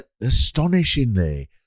Astonishingly